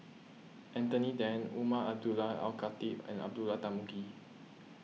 Anthony then Umar Abdullah Al Khatib and Abdullah Tarmugi